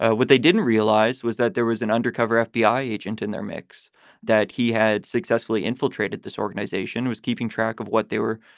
ah what they didn't realize was that there was an undercover fbi agent in their mix that he had successfully infiltrated. this organization, was keeping track of what they were,